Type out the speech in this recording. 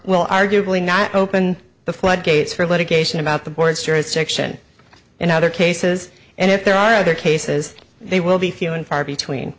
well arguably not open the floodgates for litigation about the board's jurisdiction in other cases and if there are other cases they will be few and far between